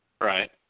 Right